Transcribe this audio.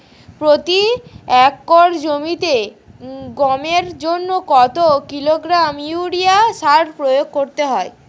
প্রতি একর জমিতে গমের জন্য কত কিলোগ্রাম ইউরিয়া সার প্রয়োগ করতে হয়?